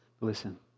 Listen